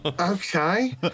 Okay